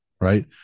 Right